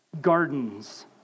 Gardens